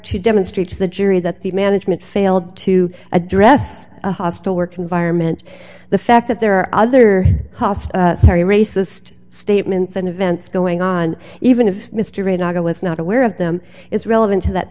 to demonstrate to the jury that the management failed to address a hostile work environment the fact that there are other costs sorry racist statements and events going on even if mr ray not go with not aware of them is relevant to that